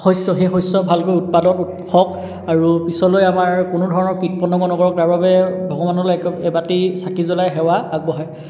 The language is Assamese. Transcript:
শষ্য সেই শষ্য ভালকৈ উৎপাদন হওক আৰু পিছলৈ আমাৰ কোনো ধৰণৰ বাবে ভগৱানলৈ এবাটি চাকি জ্বলাই সেৱা আগবঢ়াই